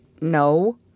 No